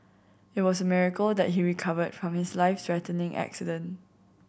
it was a miracle that he recovered from his life threatening accident